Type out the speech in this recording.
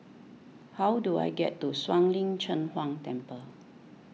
how do I get to Shuang Lin Cheng Huang Temple